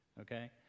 Okay